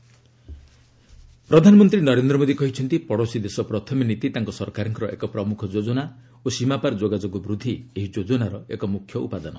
PM Nepal ICP ପ୍ରଧାନମନ୍ତ୍ରୀ ନରେନ୍ଦ୍ର ମୋଦୀ କହିଛନ୍ତି 'ପଡ଼ୋଶୀ ଦେଶ ପ୍ରଥମେ' ନୀତି ତାଙ୍କ ସରକାରଙ୍କର ଏକ ପ୍ରମ୍ରଖ ଯୋଜନା ଓ ସୀମାପାର ଯୋଗାଯୋଗ ବୃଦ୍ଧି ଏହି ଯୋଜନାର ଏକ ମୁଖ୍ୟ ଉପାଦାନ